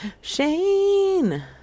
Shane